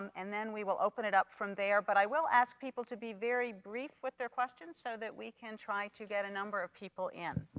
and then we will open it up from there. but i will ask people to be very brief with their questions so that we can try to get a number of people in.